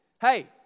hey